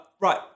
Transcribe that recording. right